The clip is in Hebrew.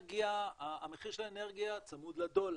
המחיר של האנרגיה צמוד לדולר,